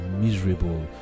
miserable